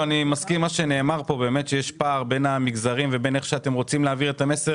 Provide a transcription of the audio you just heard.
מה שנאמר פה שיש פער בין המגזרים ובין איך שאתם רוצים להעביר את המסר.